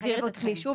אני אבהיר את עצמי שוב,